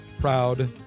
proud